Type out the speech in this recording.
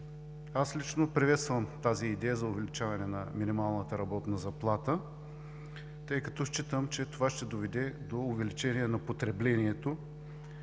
60%. Приветствам идеята за увеличаване на минималната работна заплата, тъй като считам, че това ще доведе до увеличение на потреблението.